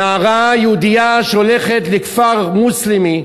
נערה יהודייה שהולכת לכפר מוסלמי,